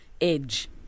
edge